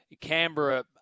Canberra